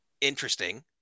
interesting